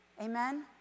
Amen